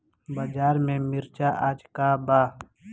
बाजार में मिर्च आज का बा?